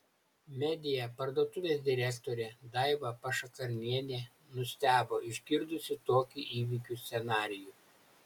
media parduotuvės direktorė daiva pašakarnienė nustebo išgirdusi tokį įvykių scenarijų